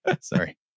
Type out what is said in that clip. Sorry